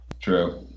True